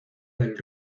del